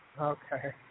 Okay